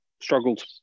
struggled